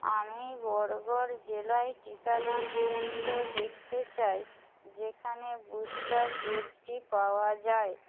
আমি বরগড় জেলায় টিকাদান কেন্দ্র দেখতে চাই যেখানে বুস্টার ডোজটি পাওয়া যায়